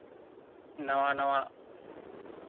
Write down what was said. ᱱᱟᱣᱟ ᱱᱟᱣᱟ